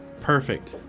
Perfect